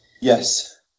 Yes